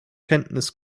kenntnis